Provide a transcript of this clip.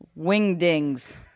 wingdings